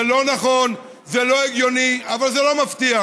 זה לא נכון, זה לא הגיוני, אבל זה לא מפתיע.